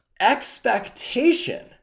Expectation